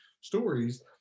stories